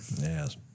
Yes